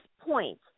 point